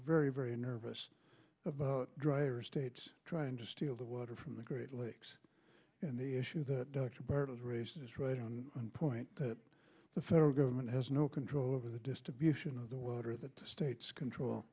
very very nervous about dryer states trying to steal the water from the great lakes and the issue that bird was raised is right on one point that the federal government has no control over the distribution of the water that the states control